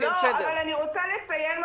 אבל אני רוצה לציין משהו,